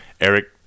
Eric